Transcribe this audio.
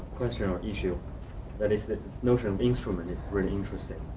or issue that is the notion of instrument is very interesting.